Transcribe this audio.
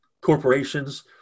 corporations